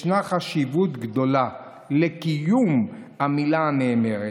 ישנה חשיבות גדולה לקיום המילה הנאמרת,